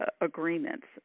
agreements